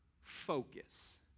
focus